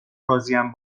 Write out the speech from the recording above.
راضیم